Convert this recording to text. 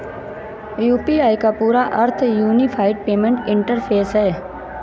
UPI का पूरा अर्थ यूनिफाइड पेमेंट इंटरफ़ेस है